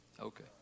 Okay